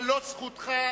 לא זכותך.